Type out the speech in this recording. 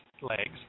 legs